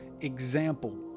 example